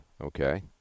Okay